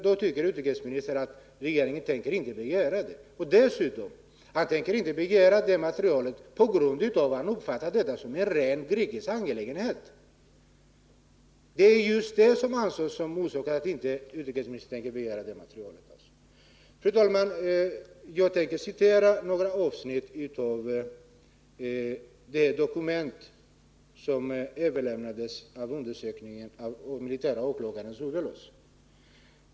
Då säger utrikesministern att regeringen inte tänker begära detta, eftersom materialet betraktas som en rent grekisk angelägenhet. Fru talman! Jag tänker redogöra för några avsnitt av det dokument som upprättades efter undersökningen av den militäre åklagaren Zouvelos.